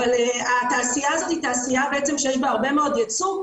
אבל התעשיה הזאת היא תעשיה שיש בה הרבה מאוד יצוא,